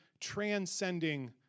transcending